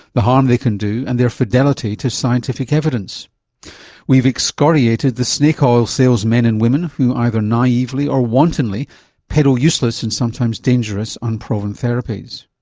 the harm they can do and their fidelity to scientific evidence we've excoriated the snake oil salesmen and women who either naively or wantonly peddle useless and sometimes dangerous unproven therapies.